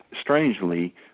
strangely